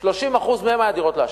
30% מהן היו דירות להשקעה.